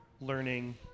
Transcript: learning